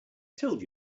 told